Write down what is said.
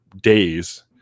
days